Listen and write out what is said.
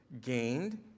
gained